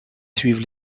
suivent